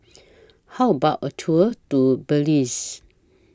How about A Tour Do Belize